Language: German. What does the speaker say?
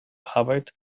arbeit